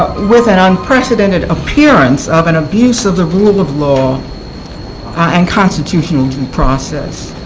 with an unprecedented appearance of an abuse of the rule of law and constitutional due and process.